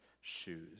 shoes